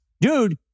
dude